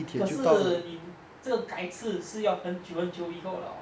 可是你这个改次是要很久很久以后 lor